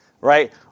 right